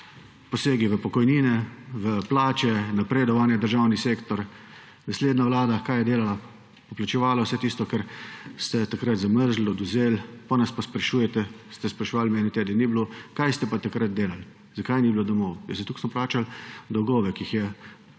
posege v pokojnine, v plače, napredovanja v državnem sektorju. Naslednja vlada, kaj je delala? Poplačevala vse tisto, kar ste takrat zamrznili, odvzeli, potem pa nas sprašujete, ste spraševali, mene takrat ni bilo, kaj ste pa takrat delali, zakaj ni bilo domov. Ja zaradi tega, ker smo plačevali dolgove, ki jih je